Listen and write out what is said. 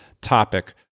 topic